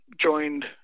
joined